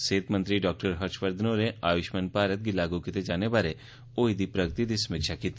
सेहत मंत्री डाक्टर हर्षवर्धन होरें आय्ष्मान भारत गी लागू कीते जाने बारै प्रगति दी समीक्षा कीती